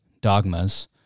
dogmas